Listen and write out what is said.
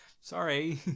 sorry